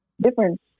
different